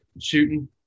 shooting